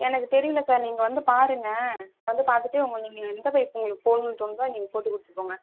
எனக்கு தெரியல சார் நீங்கள் வந்து பாருங்கள் வந்து பார்த்துட்டு நீங்கள் எந்த பைப் போடுணும் தோணுதோ அதை நீங்கள் போட்டு கொடுத்துட்டு போங்க